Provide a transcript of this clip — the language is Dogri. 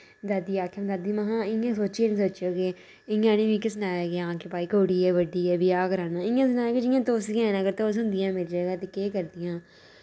दादी आखेआ दादी महां इयां सोचियै नेईं सोचेओ के इयां नि मिकी सनायो के हां के भाई कुड़ी ऐ बड्डी ऐ ब्याह् कराना इयां सनाएयो के जियां तुस गै न अगर तुस होन्दियां मेरी जगह ते केह् करदियां